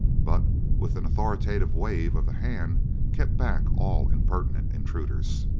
but with an authoritative wave of the hand kept back all impertinent intruders.